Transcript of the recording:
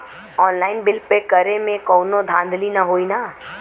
Online bill pay करे में कौनो धांधली ना होई ना?